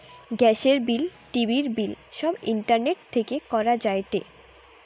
গ্যাসের বিল, টিভির বিল সব ইন্টারনেট থেকে করা যায়টে